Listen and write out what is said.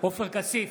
עופר כסיף,